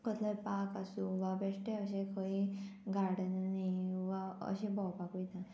कसलोय पार्क आसूं वा बेश्टे अशे खंय गार्डन न्ही वा अशें भोंवपाक वयता